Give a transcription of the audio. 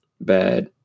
bad